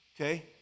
okay